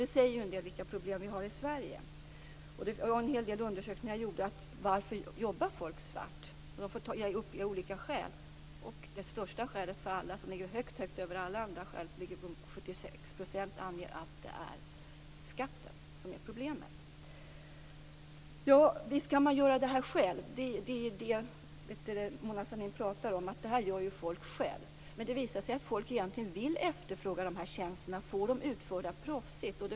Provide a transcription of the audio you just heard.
Det säger en del om vilka problem vi har i Det har gjorts en hel del undersökningar om varför folk jobbar svart. Det finns ett skäl som dominerar över alla andra skäl och det är skatten. 76 % av de tillfrågade anger att det är skatten som är problemet. Visst kan man utföra jobbet själv. Men folk efterfrågar dessa tjänster. De vill få dem utförda proffsigt.